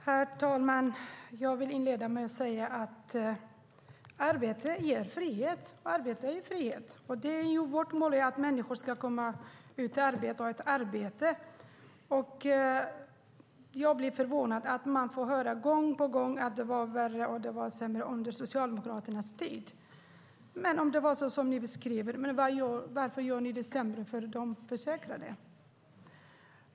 Herr talman! Jag vill inleda med att säga att arbete ger frihet. Vårt mål är att människor ska komma ut i arbete och ha ett arbete. Jag blir förvånad när jag gång på gång får höra att det var värre och sämre under Socialdemokraternas tid. Men om det var så som ni beskriver det, varför gör ni det sämre för de försäkrade?